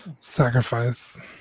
sacrifice